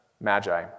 Magi